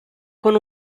con